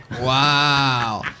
Wow